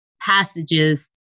passages